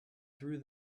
through